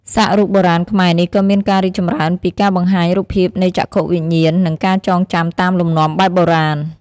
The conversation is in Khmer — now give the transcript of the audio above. សាក់រូបបុរាណខ្មែរនេះក៏មានការរីកចម្រើនពីការបង្ហាញរូបភាពនៃចក្ខុវិញ្ញាណ និងការចងចាំតាមលំនាំបែបបុរាណ។